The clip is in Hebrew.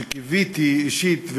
שקיוויתי אישית,